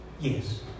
Yes